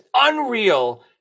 unreal